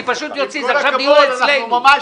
אני פשוט אוציא, זה הכללים אצלנו.